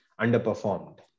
underperformed